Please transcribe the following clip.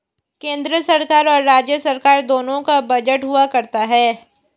केन्द्र सरकार और राज्य सरकार दोनों का बजट हुआ करता है